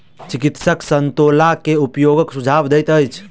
चिकित्सक संतोला के उपयोगक सुझाव दैत अछि